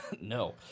No